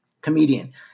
comedian